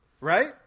right